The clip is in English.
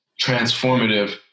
transformative